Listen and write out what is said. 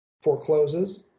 forecloses